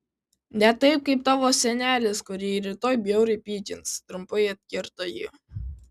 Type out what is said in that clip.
ne taip kaip tavo senelis kurį rytoj bjauriai pykins trumpai atkirto ji